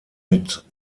mit